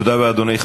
תודה רבה, אדוני.